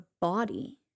body